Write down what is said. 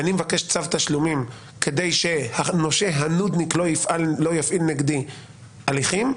ואני מבקש צו תשלומים כדי שהנושה הנודניק לא יפעיל נגדי הליכים,